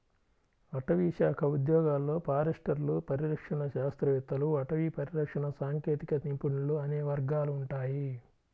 అటవీశాఖ ఉద్యోగాలలో ఫారెస్టర్లు, పరిరక్షణ శాస్త్రవేత్తలు, అటవీ పరిరక్షణ సాంకేతిక నిపుణులు అనే వర్గాలు ఉంటాయి